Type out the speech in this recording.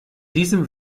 diesem